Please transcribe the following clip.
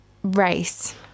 race